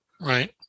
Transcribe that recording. Right